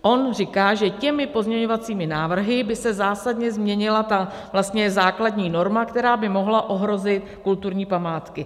On říká, že těmi pozměňovacími návrhy by se zásadně změnila základní norma, která by mohla ohrozit kulturní památky.